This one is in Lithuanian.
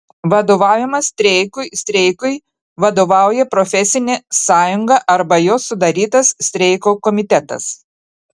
vadovavimas streikui streikui vadovauja profesinė sąjunga arba jos sudarytas streiko komitetas